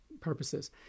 purposes